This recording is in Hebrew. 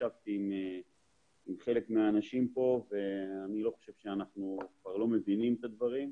ישבתי עם חלק מהאנשים פה ואני לא חושב שאנחנו כבר לא מבינים את הדברים.